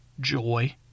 joy